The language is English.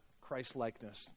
Christ-likeness